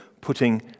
putting